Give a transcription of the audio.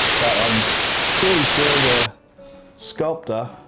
but i'm pretty sure the sculptor